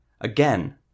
Again